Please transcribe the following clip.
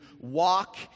walk